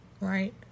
right